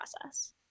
process